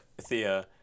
Thea